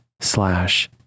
slash